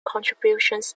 contributions